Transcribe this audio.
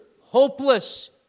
hopeless